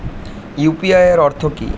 UPI এর অর্থ কি?